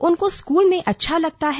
उनको स्कूल में अच्छा लगता है